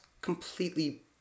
completely